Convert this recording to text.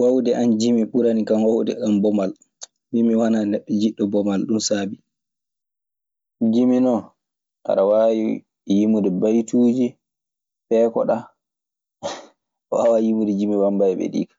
Waawde an jimi ɓuranikan waawde an bomal. Min mi wanaa neɗɗo jiɗɗo bomal. Ɗun sabii. Jimi non, aɗa waawi yimude baytuuji, peekoɗaa. Mi waawaa yimude jimi wambayɓe ɗii ka.